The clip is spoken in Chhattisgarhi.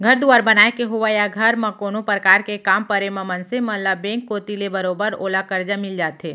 घर दुवार बनाय के होवय या घर म कोनो परकार के काम परे म मनसे मन ल बेंक कोती ले बरोबर ओला करजा मिल जाथे